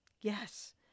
Yes